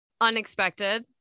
Unexpected